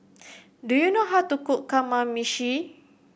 do you know how to cook Kamameshi